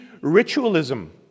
ritualism